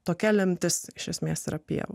tokia lemtis iš esmės ir apie